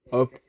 up